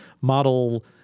Model